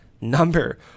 number